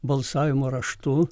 balsavimo raštu